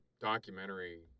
documentary